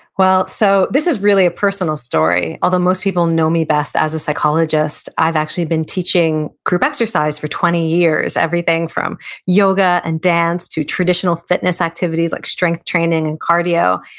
well, so this is really a personal story. although most people know me best as a psychologist, i've actually been teaching group exercise for twenty years, everything from yoga and dance to traditional fitness activities like strength training and cardio.